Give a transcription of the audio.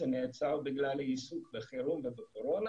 זה נעצר בגלל העיסוק בחירום ובקורונה,